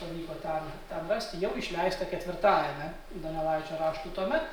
pavyko ten ten rasti jau išleista ketvirtajame donelaičio raštų tome